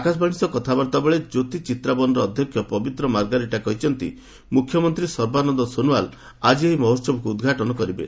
ଆକାଶବାଣୀ ସହ କଥାବାର୍ତ୍ତା ବେଳେ ଜ୍ୟୋତି ଚିତ୍ରାବନର ଅଧ୍ୟକ୍ଷ ପବିତ୍ର ମାର୍ଗାରିଟା କହିଛନ୍ତି ମୁଖ୍ୟମନ୍ତ୍ରୀ ସର୍ବାନନ୍ଦ ସୋନୱାଲ ଆଜି ଏହି ମହୋସବକୁ ଉଦ୍ଘାଟନ କରିବେ